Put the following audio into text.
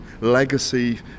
legacy